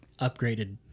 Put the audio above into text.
upgraded